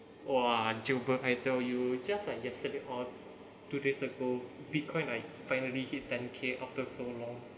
!wah! gilbert I tell you just like yesterday or two days ago bitcoin like finally hit ten K after so long